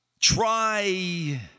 Try